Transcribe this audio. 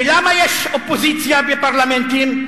ולמה יש אופוזיציה בפרלמנטים?